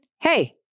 hey